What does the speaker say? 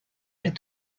est